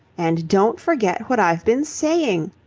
and don't forget what i've been saying.